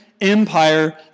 Empire